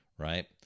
Right